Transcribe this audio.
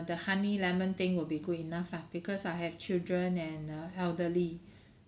the honey lemon thing will be good enough lah because I have children and uh elderly